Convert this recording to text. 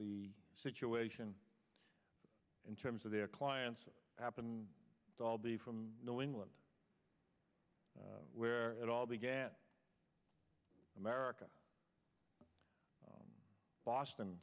the situation in terms of their clients happen to all be from new england where it all began america boston